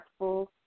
impactful